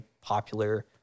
popular